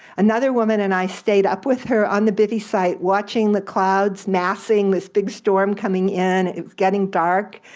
another woman and i stayed up with her on the bivvy site watching the clouds massing, this big storm coming in. it was getting dark,